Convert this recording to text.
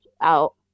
out